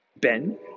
Ben